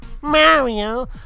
Mario